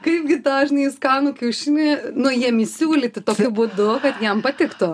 kaipgi tą žinai skanų kiaušinį nu jiem įsiūlyti tokiu būdu kad jiem patiktų